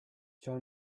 ciò